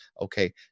Okay